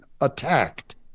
attacked